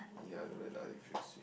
yeah I don't like the artificial sweet